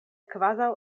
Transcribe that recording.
kvazaŭ